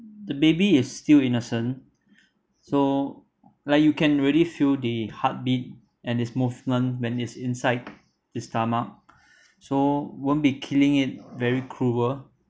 the baby is still innocent so like you can really feel the heartbeat and his movement when it's inside the stomach so won't be killing it very cruel